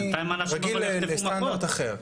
אני רגיל לסטנדרט אחר.